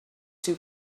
two